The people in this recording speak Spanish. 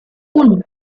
uno